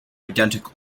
identical